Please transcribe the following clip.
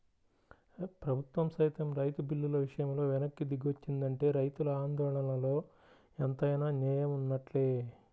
ప్రభుత్వం సైతం రైతు బిల్లుల విషయంలో వెనక్కి దిగొచ్చిందంటే రైతుల ఆందోళనలో ఎంతైనా నేయం వున్నట్లే